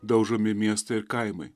daužomi miestai ir kaimai